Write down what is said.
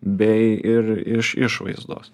bei ir iš išvaizdos